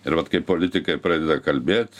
ir vat kai politikai pradeda kalbėt